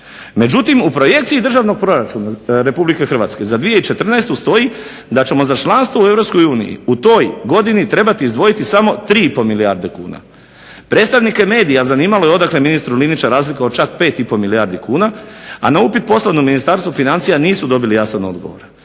Međutim, u projekciji Državnog proračuna RH za 2014. stoji da ćemo za članstvo u EU u toj godini trebati izdvojiti samo 3,5 milijarde kuna. Predstavnike medija zanimalo je odakle ministru Liniću razlika od čak 5,5 milijardi kuna, a na upit poslan u Ministarstvo financija nisu dobili jasan odgovor.